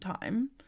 time